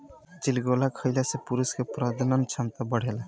चिलगोजा खइला से पुरुष के प्रजनन क्षमता बढ़ेला